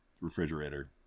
refrigerator